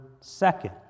second